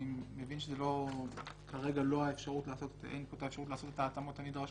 אני מבין שכרגע אין פה אפשרות לעשות את ההתאמות הנדרשות,